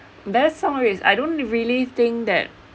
best song lyrics I don't really think that